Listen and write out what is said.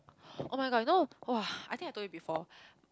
[oh]-my-god you know !wah! I think I told you before